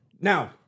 Now